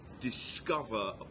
discover